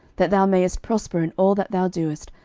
that thou mayest prosper in all that thou doest,